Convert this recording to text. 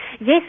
Yes